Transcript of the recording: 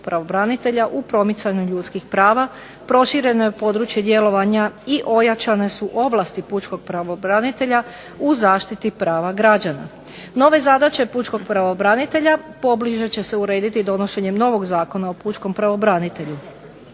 u promicanju ljudskih prava, prošireno područje djelovanja i ojačane su ovlasti pučkog pravobranitelja u zaštiti građana. Nove zadaće Pučkog pravobranitelja pobliže će se urediti donošenjem novog Zakona o pučkom pravobranitelju.